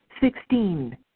sixteen